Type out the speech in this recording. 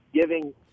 giving